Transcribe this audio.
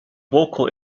vocal